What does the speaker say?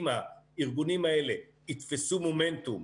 אם הארגונים האלה יתפסו מומנטום,